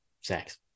sex